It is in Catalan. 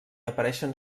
apareixen